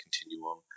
continuum